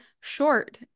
short